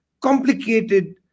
complicated